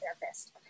therapist